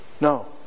no